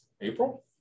April